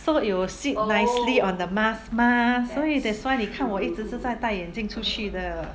so it will sit nicely on the mask mah 所以 that's why 你看我一直是在戴眼镜出去的